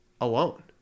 alone